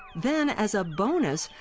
then, as a bonus,